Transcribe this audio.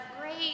great